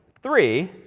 three,